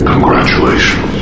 Congratulations